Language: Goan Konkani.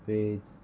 पेज